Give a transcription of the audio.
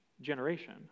generation